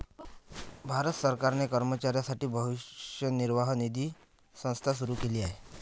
भारत सरकारने कर्मचाऱ्यांसाठी कर्मचारी भविष्य निर्वाह निधी संस्था सुरू केली आहे